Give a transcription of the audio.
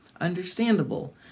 understandable